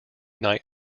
night